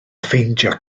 ffeindio